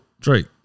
Drake